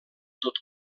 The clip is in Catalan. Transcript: tot